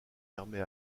permet